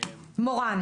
לא.